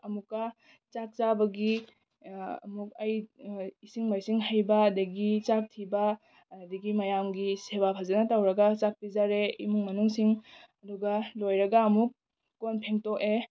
ꯑꯃꯨꯛꯀ ꯆꯥꯛ ꯆꯥꯕꯒꯤ ꯑꯃꯨꯛ ꯑꯩ ꯏꯁꯤꯡ ꯃꯥꯏꯁꯤꯡ ꯍꯩꯕꯥ ꯑꯗꯨꯗꯒꯤ ꯆꯥꯛ ꯊꯤꯕ ꯑꯗꯨꯗꯒꯤ ꯃꯌꯥꯝꯒꯤ ꯁꯦꯕꯥ ꯐꯖꯅ ꯇꯧꯔꯒ ꯆꯥꯛ ꯄꯤꯖꯔꯦ ꯏꯃꯨꯡ ꯃꯅꯨꯡꯁꯤꯡ ꯑꯗꯨꯒ ꯂꯣꯏꯔꯒ ꯑꯃꯨꯛ ꯀꯣꯟ ꯐꯦꯡꯗꯣꯛꯑꯦ